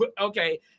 okay